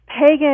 pagan